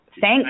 thank